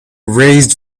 raised